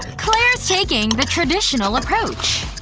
clair's taking the traditional approach.